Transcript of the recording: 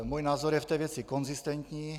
Můj názor je v té věci konzistentní.